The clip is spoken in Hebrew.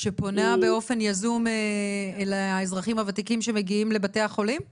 שפונה באופן יזום אל האזרחים הוותיקים שמגיעים לבתי החולים ומאושפזים?